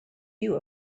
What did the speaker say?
you